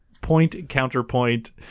point-counterpoint